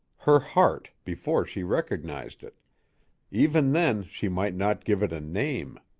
her heart before she recognized it even then she might not give it a name.